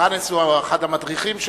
ברנס הוא אחד המדריכים שלהם.